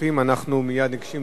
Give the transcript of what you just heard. אנחנו מייד ניגשים להצבעה.